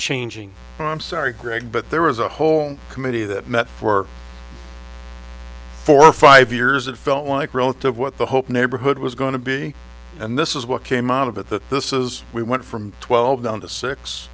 changing and i'm sorry greg but there was a whole committee that met for four or five years it felt like growth of what the hope neighborhood was going to be and this is what came out of it that this is we went from twelve down